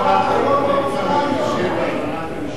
עוד פעם מתקשים בהבנת הנשמע.